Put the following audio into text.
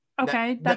okay